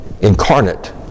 incarnate